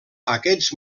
aquests